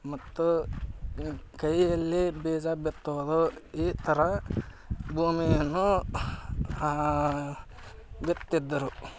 ಮತ್ತು ಕೈಯಲ್ಲಿ ಬೀಜ ಬಿತ್ತೋದು ಈ ಥರ ಭೂಮಿಯನ್ನು ಬಿತ್ತಿದ್ದರು